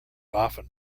often